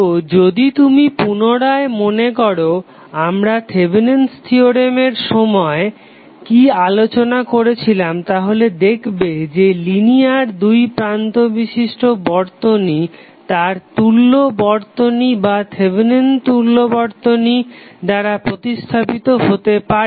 তো যদি তুমি পুনরায় মনে করো আমরা থেভেনিন'স থিওরেমে Thevenins theorem সময় কি আলোচনা করেছিলাম তাহলে দেখবে যে লিনিয়ার দুই প্রান্ত বিশিষ্ট বর্তনী তার তুল্য বর্তনী বা থেভেনিন তুল্য বর্তনী দ্বারা প্রতিস্থাপিত হতে পারে